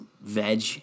veg